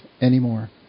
anymore